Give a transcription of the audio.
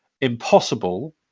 impossible